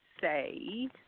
say